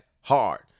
hard